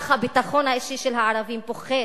כך הביטחון האישי של הערבים פוחת,